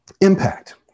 impact